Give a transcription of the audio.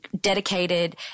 dedicated